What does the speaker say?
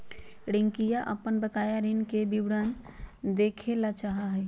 रियंका अपन बकाया ऋण के विवरण देखे ला चाहा हई